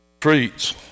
Treats